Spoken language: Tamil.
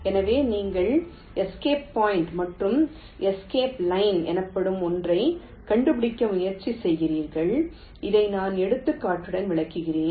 எனவே நீங்கள் எஸ்கேப் பாயிண்ட் மற்றும் எஸ்கேப் லைன் எனப்படும் ஒன்றைக் கண்டுபிடிக்க முயற்சி செய்கிறீர்கள் இதை நான் எடுத்துக்காட்டுடன் விளக்குகிறேன்